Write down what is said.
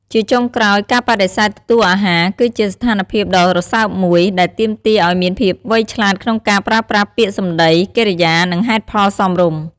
ជាចុងក្រោយ ការបដិសេធទទួលអាហារ គឺជាស្ថានភាពដ៏រសើបមួយ ដែលទាមទារឲ្យមានភាពវៃឆ្លាតក្នុងការប្រើប្រាស់ពាក្យសម្ដី កិរិយា និងហេតុផលសមរម្យ។